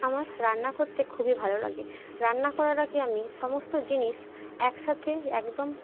আমার রান্না করতে খুবই ভালো লাগে রান্না করার আগে আমি সমস্ত জিনিস একসাথে একদম